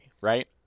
right